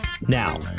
Now